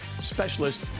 Specialist